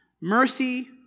Mercy